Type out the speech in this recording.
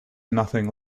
nothing